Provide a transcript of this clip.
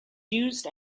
used